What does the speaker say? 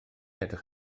edrych